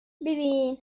ببین